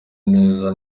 neza